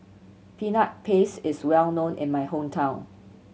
Peanut Paste is well known in my hometown